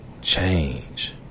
change